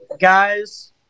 guys